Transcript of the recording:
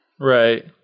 Right